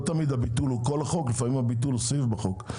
לא תמיד הביטול הוא כל החוק אלא לפעמים הוא סעיף בחוק.